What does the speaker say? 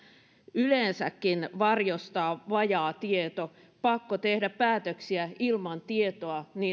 yleensäkin varjostaa vajaa tieto pakko tehdä päätöksiä ilman tietoa